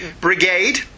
Brigade